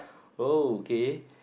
oh K